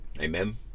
Amen